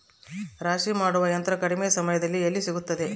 ರಾಶಿ ಮಾಡುವ ಯಂತ್ರ ಕಡಿಮೆ ದರದಲ್ಲಿ ಎಲ್ಲಿ ಸಿಗುತ್ತದೆ?